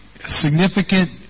Significant